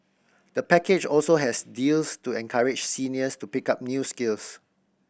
the package also has deals to encourage seniors to pick up new skills